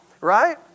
right